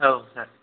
औ सार